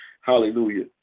hallelujah